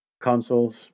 consoles